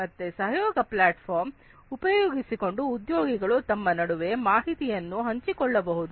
ಮತ್ತೆ collaborative platform ಉಪಯೋಗಿಸಿಕೊಂಡು ಉದ್ಯೋಗಿಗಳು ತಮ್ಮ ನಡುವೆ ಮಾಹಿತಿಯನ್ನು ಹಂಚಿಕೊಳ್ಳಬಹುದು